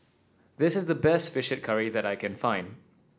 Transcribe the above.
this is the best fish curry that I can find